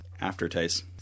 aftertaste